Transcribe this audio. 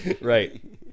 Right